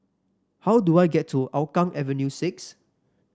how do I get to Hougang Avenue six